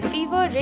Fever